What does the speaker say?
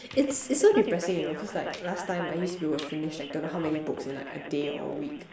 it's it's so depressing you know cos like last time I used to finish like don't know how many books in like a day or a week